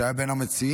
שהיה בין המציעים,